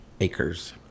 acres